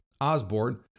Osborne